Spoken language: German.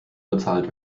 bezahlt